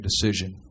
decision